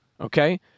okay